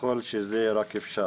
ככל שאפשר.